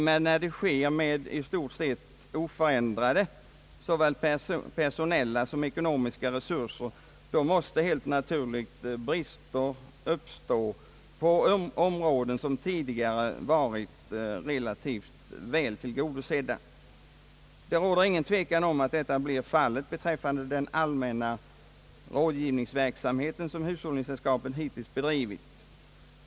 Men när detta sker med i stort sett oförändrade såväl personella som ekonomiska resurser, måste helt naturligt brister uppstå på områden som tidigare varit relativt väl tillgodosedda. Det råder ingen tvekan om att detta blir fallet beträffande den allmänna rådgivningsverksamhet som hushållningssällskapen hittills bedrivit.